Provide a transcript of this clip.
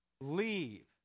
leave